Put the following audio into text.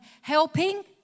helping